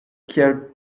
kiel